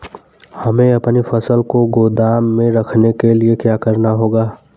हमें अपनी फसल को गोदाम में रखने के लिये क्या करना होगा?